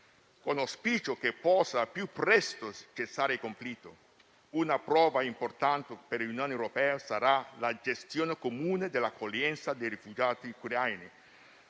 Con l'auspicio che il conflitto possa cessare al più presto, una prova importante per l'Unione europea sarà la gestione comune dell'accoglienza dei rifugiati ucraini.